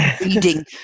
reading